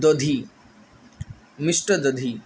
दधी मिष्टदधी